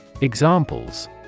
Examples